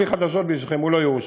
יש לי חדשות בשבילכם: הוא לא יאושר.